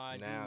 now